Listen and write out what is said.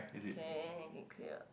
can can clear